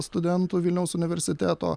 studentu vilniaus universiteto